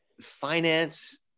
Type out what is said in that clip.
finance